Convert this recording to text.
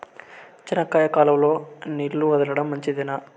చెనక్కాయకు కాలువలో నీళ్లు వదలడం మంచిదేనా?